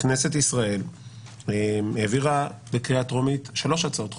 כנסת ישראל העבירה בקריאה טרומית שלוש הצעות חוק: